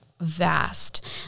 vast